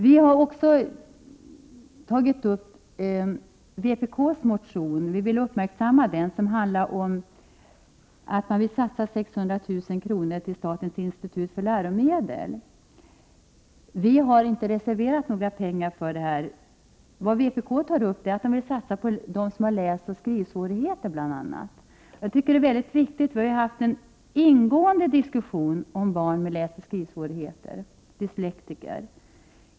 Vi vill också uppmärksamma vpk:s motion om att satsa 600 000 kr. till statens institut för läromedel. Vi har inte reserverat några pengar till detta. Vad vpk vill satsa på är bl.a. dem som har läsoch skrivsvårigheter. Vi har haft en ingående diskussion i utskottet om dyslektiker.